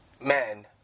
men